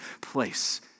place